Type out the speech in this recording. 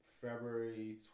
February